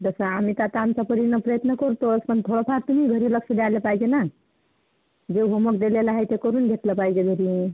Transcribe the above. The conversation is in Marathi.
जसं आम्ही का आता आमच्या परीनं प्रयत्न करतोच पण थोडंफार तुम्ही घरी लक्ष द्यायलं पाहिजे ना जे होमवर्क दिलेला आहे ते करून घेतलं पाहिजे घरी